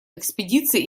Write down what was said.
экспедиции